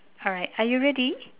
alright are you ready